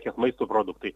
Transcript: kiek maisto produktai